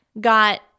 got